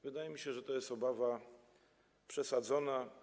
Wydaje mi się, że to jest obawa przesadzona.